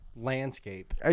landscape